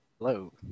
Hello